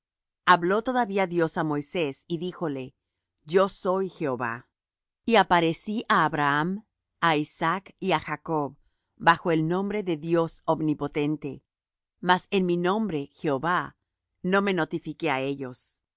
habló todavía dios á moisés y díjole yo soy jehova y aparecí á abraham á isaac y á jacob bajo el nombre de dios omnipotente mas en mi nombre jehova no me notifiqué á ellos